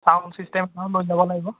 sound system এটাও লৈ যাব লাগিব